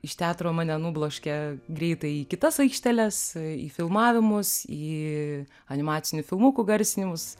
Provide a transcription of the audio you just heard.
iš teatro mane nubloškė greitai į kitas aikšteles į filmavimus į animacinių filmukų garsinimus